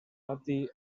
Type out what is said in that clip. pati